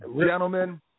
Gentlemen